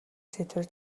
сэдвээр